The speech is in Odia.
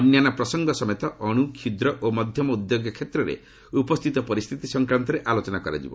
ଅନ୍ୟାନ୍ୟ ପ୍ରସଙ୍ଗ ସମେତ ଅଣୁ କ୍ଷୁଦ୍ର ଓ ମଧ୍ୟମ ଉଦ୍ୟୋଗ କ୍ଷେତ୍ରରେ ଉପସ୍ଥିତ ପରିସ୍ଥିତି ସଂକ୍ରାନ୍ତରେ ଆଲୋଚନା କରାଯିବ